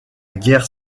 guerre